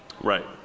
Right